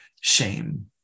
shame